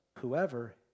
Whoever